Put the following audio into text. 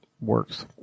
works